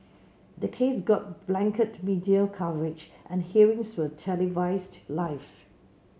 the case got blanket media coverage and hearings were televised live